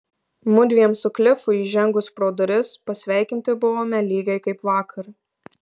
mudviem su klifu įžengus pro duris pasveikinti buvome lygiai kaip vakar